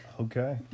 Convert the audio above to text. Okay